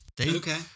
okay